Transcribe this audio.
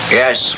yes